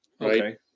Okay